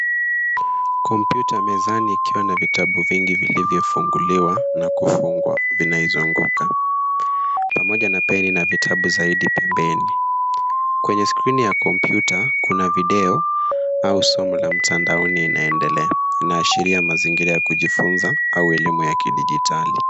Kompyuta ya mezani ikiwa na vitabu vingi vilivyofunguliwa na kufungwa vinaizunguka pamoja na pen la vitabu zaidi pembeni. Kwenye skrini ya kompyuta kuna video au somo la mtandaoni inaendelea. Inaashiria mazingira ya kujifunza au elimu ya kidijitali.